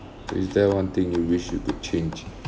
is there one thing you wish you could change